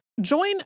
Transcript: Join